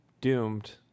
Doomed